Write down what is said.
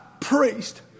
priest